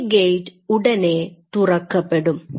ഈ ഗെയ്റ്റ് ഉടനെ തുറക്കപ്പെടും